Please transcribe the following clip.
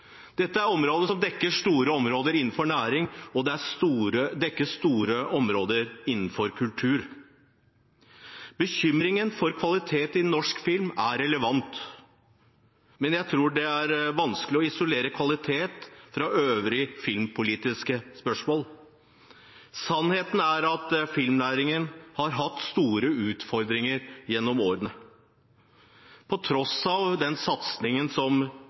dekker store områder innenfor næring, og den dekker store områder innenfor kultur. Bekymringen for kvaliteten i norsk film er relevant, men jeg tror det er vanskelig å isolere kvalitet fra øvrige filmpolitiske spørsmål. Sannheten er at filmnæringen har hatt store utfordringer gjennom årene på tross av den satsingen som